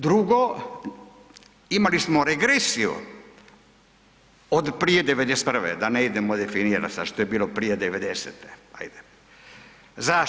Drugo, imali smo regresiju od prije '91., da ne idemo definirat sad što je bilo prije 90-te, ajde.